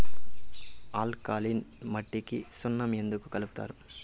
alkaline మట్టికి సున్నం ఎందుకు కలుపుతారు